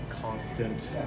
constant